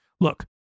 Look